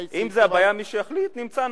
אם זו הבעיה, מי שיחליט, נמצא.